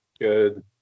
Good